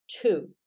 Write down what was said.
Two